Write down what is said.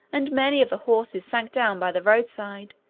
and many of the horses sank down by the road side,